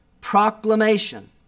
proclamation